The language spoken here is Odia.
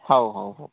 ହଉ ହଉ